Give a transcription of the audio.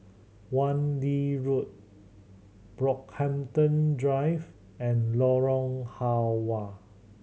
Wan Lee Road Brockhampton Drive and Lorong Halwa